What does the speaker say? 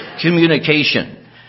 communication